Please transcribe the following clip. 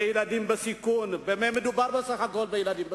בילדים בסיכון: במה מדובר בסך הכול בילדים בסיכון?